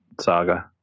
saga